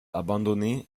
abandonnée